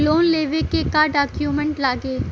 Loan लेवे के का डॉक्यूमेंट लागेला?